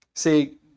See